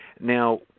Now